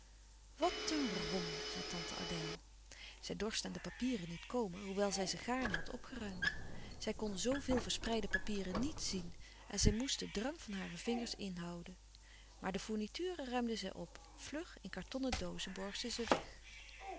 een rommel zei tante adèle zij dorst aan de papieren niet komen hoewel zij ze gaarne had opgeruimd zij kn zoo veel verspreide papieren niet zien en zij moest den drang van hare vingers inhouden maar de fournitures ruimde zij op vlug in kartonnen doozen borg ze weg